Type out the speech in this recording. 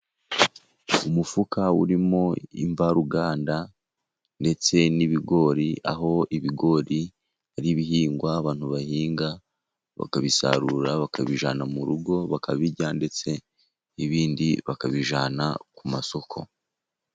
Umufuka urimo imvaruganda ndetse n'ibigori, aho ibigori ari ibihingwa abantu bahinga, bakabisarura bakabijyana mu rugo bakabirya, ndetse ibindi bakabijyana ku masoko.